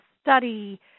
study